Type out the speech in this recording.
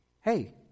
hey